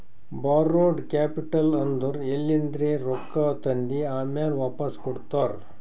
ಬಾರೋಡ್ capital ಅಂದುರ್ ಎಲಿಂದ್ರೆ ರೊಕ್ಕಾ ತಂದಿ ಆಮ್ಯಾಲ್ ವಾಪಾಸ್ ಕೊಡ್ತಾರ